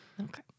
Okay